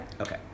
Okay